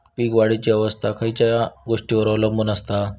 पीक वाढीची अवस्था खयच्या गोष्टींवर अवलंबून असता?